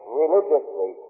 religiously